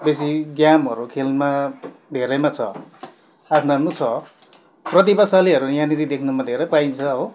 बेसी गेमहरू खेलमा धेरैमा छ आफ्नो आफ्नो छ प्रतिभाशालीहरू यहाँनिर देख्नमा धेरै पाइन्छ हो